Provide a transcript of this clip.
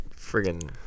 friggin